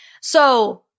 So-